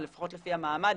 או לפחות לפי המעמד,